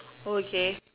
okay